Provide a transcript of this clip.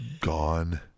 gone